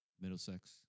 Middlesex